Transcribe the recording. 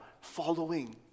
following